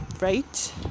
Right